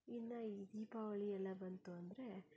ಇನ್ನು ಈ ದೀಪಾವಳಿ ಎಲ್ಲ ಬಂತು ಅಂದರೆ